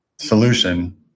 solution